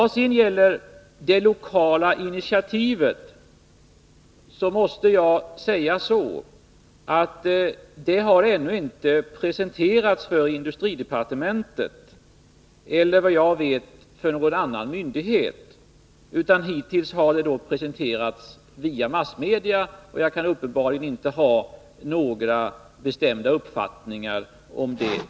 Det lokala initiativet har ännu inte presenterats för industridepartementet. Hittills har det presenterats via massmedia. Jag kan därför inte ha några bestämda uppfattningar om det.